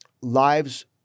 lives